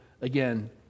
again